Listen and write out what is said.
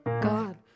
God